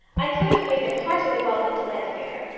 i could have made him heartily welcome to llanfeare.